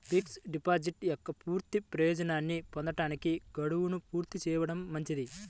fixed deposit యొక్క పూర్తి ప్రయోజనాన్ని పొందడానికి, గడువును పూర్తి చేయడం మంచిది